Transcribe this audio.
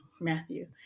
Matthew